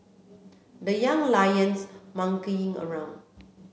the Young Lions monkeying around